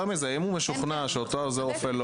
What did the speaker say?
יותר מזה אם הוא משוכנע שאותו עוזר רופא לא